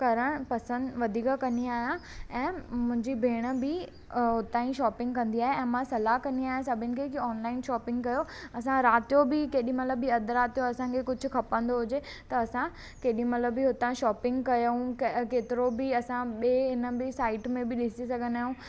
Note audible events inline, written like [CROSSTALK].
करण पसंदि वधीक कंदी आहियां ऐं मुंहिंजी भेण बि हुता ई शॉपिंग कंदी आहे ऐं मां सलाह कंदी आहियां सभिनि खे की ऑनलाइन शापिंग कयो असां राति जो बि केॾी महिल बि अधि राति जो बि असांखे कुझु खपंदो हुझे त असां केॾी महिल बि हुता शॉपिंग कयूं केतिरो बि असां ॿिए [UNINTELLIGIBLE] साईंट में बि ॾिसी सघंदा आहियूं